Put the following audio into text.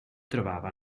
trovava